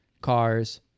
cars